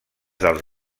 dels